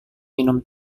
minum